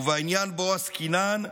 ובעניין שבו עסקינן,